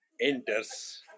enters